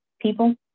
people